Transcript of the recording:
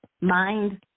mind